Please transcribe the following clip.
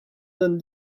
than